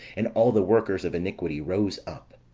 and all the workers of iniquity rose up.